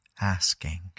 asking